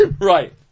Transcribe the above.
Right